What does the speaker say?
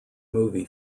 movie